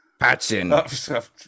Patson